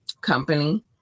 company